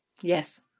Yes